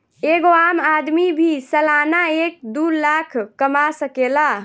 एगो आम आदमी भी सालाना एक दू लाख कमा सकेला